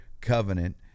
covenant